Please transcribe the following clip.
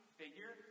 figure